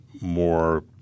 more